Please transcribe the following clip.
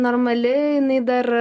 normali jinai dar